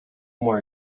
more